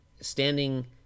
standing